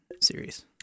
series